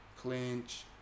clinch